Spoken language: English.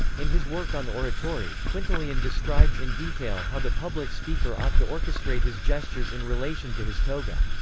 in his work on oratory, quintilian describes in detail how the public speaker ought to orchestrate his gestures in relation to his toga.